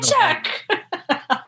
check